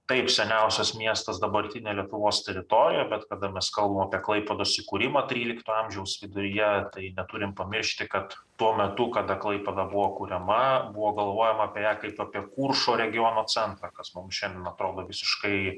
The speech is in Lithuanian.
taip seniausias miestas dabartinė lietuvos teritorija bet kada mes kalbam apie klaipėdos įkūrimą trylikto amžiaus viduryje tai neturim pamiršti kad tuo metu kada klaipėda buvo kuriama buvo galvojama apie ją kaip apie kuršo regiono centrą kas mum šiandien atrodo visiškai